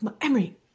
Emery